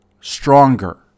stronger